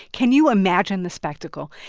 can you imagine the spectacle?